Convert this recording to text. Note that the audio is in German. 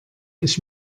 ich